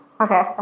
Okay